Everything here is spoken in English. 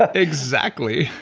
ah exactly.